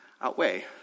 outweigh